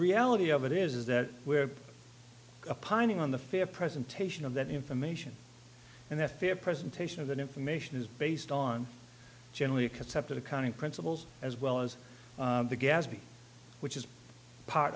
reality of it is that we're pining on the fair presentation of that information and that fear presentation of that information is based on generally accepted accounting principles as well as the gaspe which is part